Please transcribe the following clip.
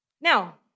Now